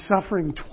suffering